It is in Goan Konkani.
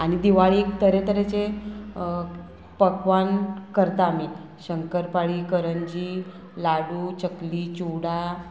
आनी दिवाळीक एक तरेतरेचे पकवान करता आमी शंकरपाळी करंजी लाडू चकली चिवडा